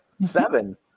Seven